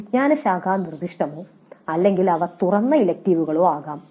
വിജ്ഞാനശാഖാ നിർദ്ദിഷ്ടമോ അല്ലെങ്കിൽ അവ തുറന്ന ഇലക്ടീവുകളോ ആകാം